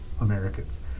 Americans